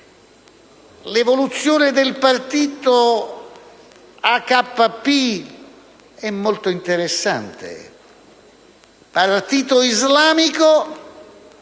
L'evoluzione del partito AKP è molto interessante: un partito islamico